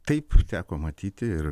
taip teko matyti ir